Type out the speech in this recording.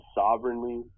sovereignly